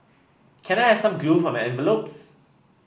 can I have some glue for my envelopes